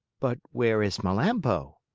but where is melampo?